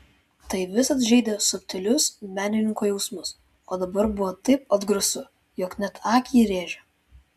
tai visad žeidė subtilius menininko jausmus o dabar buvo taip atgrasu jog net akį rėžė